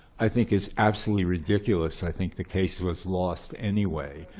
i think, is absolutely ridiculous. i think the case was lost anyway.